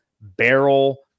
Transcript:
barrel